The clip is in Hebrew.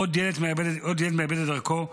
עוד ילד מאבד את דרכו,